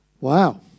Wow